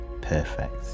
perfect